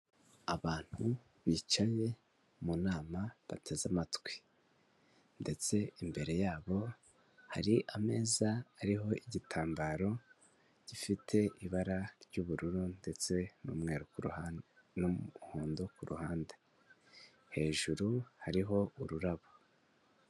Abantu bicaye mu nama bateze amatwi ndetse imbere yabo hari ameza ariho igitambaro gifite ibara ry'ubururu ndetse n'umweru ku ruhande, n'umuhondo ku ruhande, hejuru hariho ururabo.